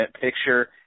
picture